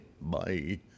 Bye